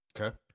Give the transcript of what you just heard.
Okay